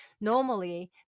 Normally